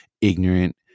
ignorant